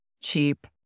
cheap